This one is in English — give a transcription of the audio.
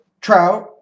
Trout